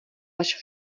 lež